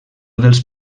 dels